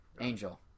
Angel